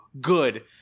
good